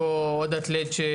מאות אצטדיוני אתלטיקה או